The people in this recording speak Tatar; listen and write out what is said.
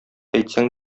әйтсәң